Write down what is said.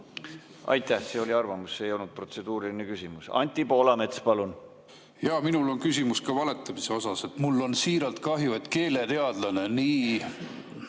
Aitäh! See oli arvamus, see ei olnud protseduuriline küsimus. Anti Poolamets, palun! Jaa, minul on ka küsimus valetamise kohta. Mul on siiralt kahju, et keeleteadlane nii